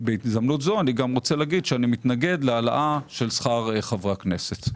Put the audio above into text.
בהזדמנות זאת אני רוצה להגיד שאני מתנגד להעלאה של שכר חברי הכנסת.